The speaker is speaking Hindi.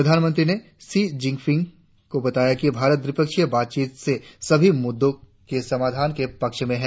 प्रधानमंत्री ने षी जिन फिंग को बताया कि भारत द्विपक्षीय बातचीत से सभी मुद्दों के समाधान के पक्ष में है